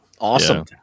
Awesome